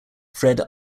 fred